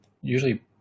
usually